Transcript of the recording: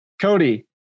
Cody